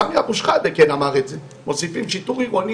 סמי אבו שחאדה אמר את זה מוסיפים שיטור עירוני,